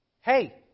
Hey